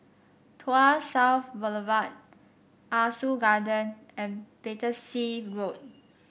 Tuas South Boulevard Ah Soo Garden and Battersea Road